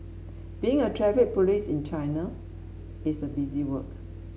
being a Traffic Police in China is busy work